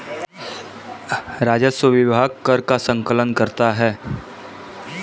राजस्व विभाग कर का संकलन करता है